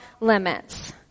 limits